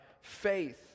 faith